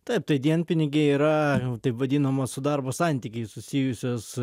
taip tai dienpinigiai yra jau taip vadinamos su darbo santykiais susijusios